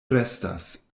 restas